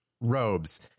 robes